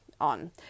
on